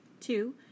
Two